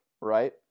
right